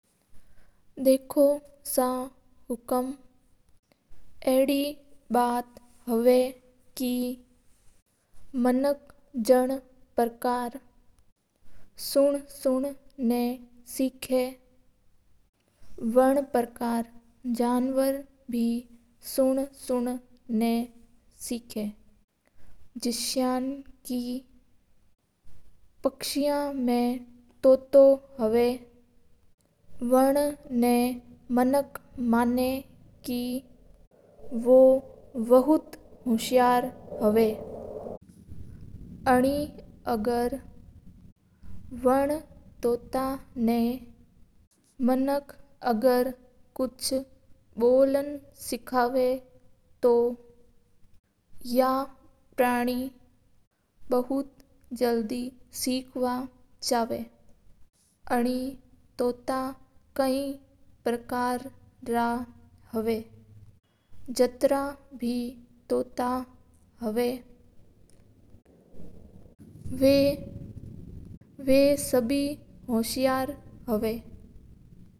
देखो सबजिन प्रकार उ मानक सुन ना सिका उन परकर हे जनवर बे सुन सुन ना सिका हा जैसे के पक्ष्या मा तोतो हवा। मानक मान वो बौत होसियार हवा जाण परकर टोटली ना मानक के बोलन सिको तोँ वो बौत जल्दी सीक जवा तोता गनी परकर रा हव जात ब तोता हव वा सब होशियार हवा हा।